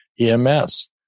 EMS